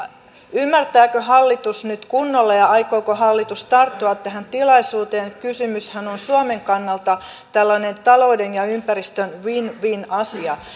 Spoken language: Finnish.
ymmärtääkö hallitus tämän nyt kunnolla ja aikooko hallitus tarttua tähän tilaisuuteen kysymyksessähän on suomen kannalta tällainen talouden ja ja ympäristön win win asia